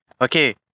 Okay